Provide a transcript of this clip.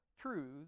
truths